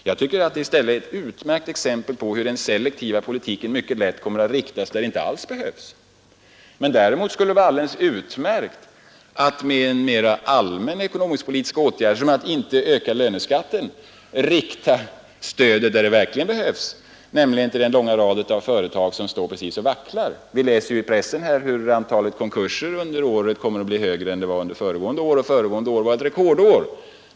Jag tycker i stället att det är ett utmärkt exempel på att den selektiva politiken mycket väl kan riktas åt ett håll där den inte alls behövs. Däremot skulle det vara alldeles utmärkt att med mera allmänpolitiska åsom att inte öka löneskatten, rikta in stödet där det verkligen åtgärder, behövs, nämligen mot den långa rad av företag som står och vacklar. Vi läser ju i pressen hur antalet konkurser under året kommer att bli högre än det var under föregående år, som ändå var ett rekordår.